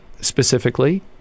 specifically